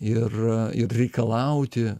ir ir reikalauti